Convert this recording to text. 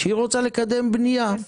כשהיא רוצה לקדם בנייה.